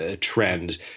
trend